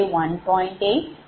59